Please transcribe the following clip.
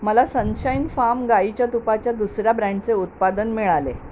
मला Sunshine Farm गाईच्या तुपाच्या दुसऱ्या ब्रँडचे उत्पादन मिळाले